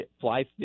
fly